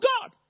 God